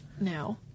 No